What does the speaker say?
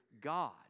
God